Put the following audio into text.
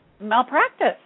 malpractice